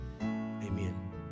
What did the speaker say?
amen